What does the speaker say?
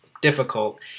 Difficult